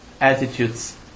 attitudes